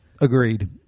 Agreed